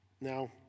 Now